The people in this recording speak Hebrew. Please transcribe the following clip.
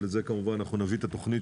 אבל את זה כמובן אנחנו נביא את התכנית